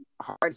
hard